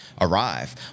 arrive